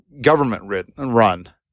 government-run